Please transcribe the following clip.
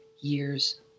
years